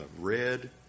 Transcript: red